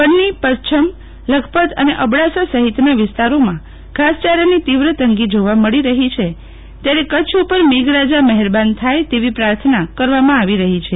બન્ની પચ્છમ લખપત અને અબડાસા સહિતના વિસ્તારોમાં ઘાસ ચારની તીવ્ર તંગી જોવા મળી રહી છે ત્યારે કચ્છ ઉપર મેઘરાજા મહેરબાન થાય તેવી પ્રાર્થના કરવામાં આવી રહી છે